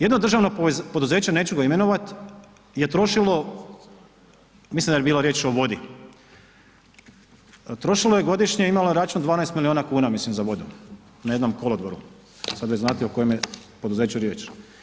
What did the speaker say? Jedno državno poduzeće, neću ga imenovat, je trošilo, mislim da je bilo riječ o vodi, trošilo je godišnje, imalo je račun 12 milijuna kuna mislim za vodu, na jednom kolodvoru, sad već znate o kojem je poduzeću riječ.